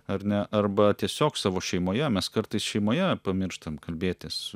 ar ne arba tiesiog savo šeimoje mes kartais šeimoje pamirštam kalbėtis